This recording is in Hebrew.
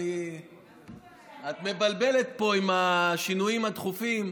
את מבלבלת פה עם השינויים התכופים.